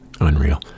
unreal